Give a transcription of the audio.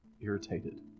irritated